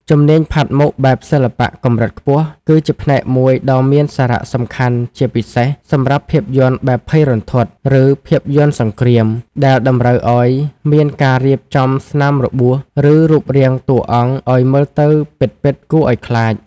ជំនាញផាត់មុខបែបសិល្បៈកម្រិតខ្ពស់ គឺជាផ្នែកមួយដ៏មានសារៈសំខាន់ជាពិសេសសម្រាប់ភាពយន្តបែបភ័យរន្ធត់ ឬភាពយន្តសង្គ្រាម ដែលតម្រូវឱ្យមានការរៀបចំស្នាមរបួស ឬរូបរាងតួអង្គឱ្យមើលទៅពិតៗគួរឱ្យខ្លាច។